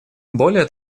более